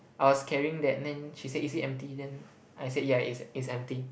I was carrying that and then she said is it empty then I said yeah it's it's empty